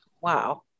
Wow